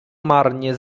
marnie